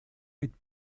mit